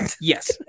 Yes